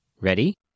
Ready